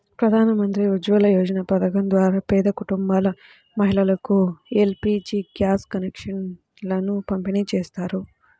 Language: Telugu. ప్రధాన్ మంత్రి ఉజ్వల యోజన పథకం ద్వారా పేద కుటుంబాల మహిళలకు ఎల్.పీ.జీ గ్యాస్ కనెక్షన్లను పంపిణీ చేస్తారు